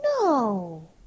No